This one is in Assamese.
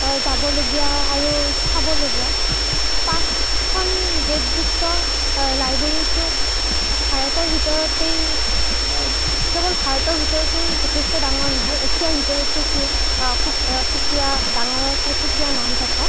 যাবলগীয়া আৰু চাবলগীয়া পাঁচখন গেটযুক্ত লাইব্ৰেৰীটো ভাৰতৰ ভিতৰতেই কেৱল ভাৰতৰ ভিতৰতেই যথেষ্ট ডাঙৰ নহয় এছিয়াৰ ভিতৰতো সি সুকীয়া সুকীয়া ডাঙৰৰ ঠাইত সুকীয়া নাম থকা